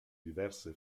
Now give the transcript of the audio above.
diverse